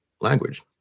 language